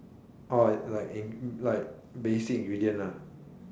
orh like like like basic ingredient ah